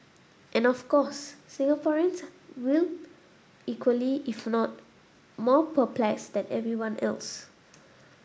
and of course Singaporeans were equally if not more perplexed than everyone else